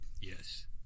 Yes